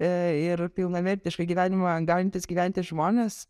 e ir pilnavertišką gyvenimą galintys gyventi žmonės